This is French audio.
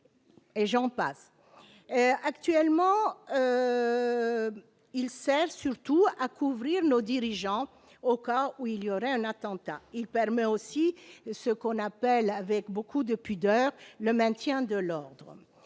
encore. Actuellement, il sert surtout à couvrir nos dirigeants au cas où il y aurait un attentat. Il permet aussi ce que l'on appelle avec beaucoup de pudeur « le maintien de l'ordre